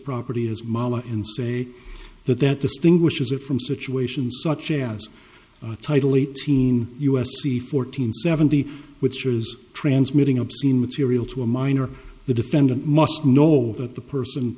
property is mala in say that that distinguishes it from situations such as title eighteen u s c fourteen seventy which is transmitting obscene material to a minor the defendant must know that the person